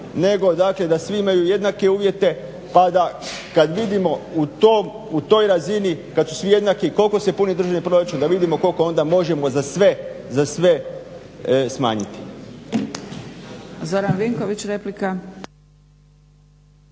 dakle da svi imaju jednake uvjete pa da kad vidimo u toj razini kad su svi jednaki koliko se puni državni proračun. Da vidimo koliko onda možemo za sve smanjiti.